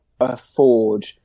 afford